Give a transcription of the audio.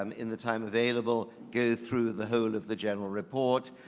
um in the time available, go through the whole of the general report.